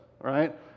right